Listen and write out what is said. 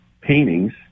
paintings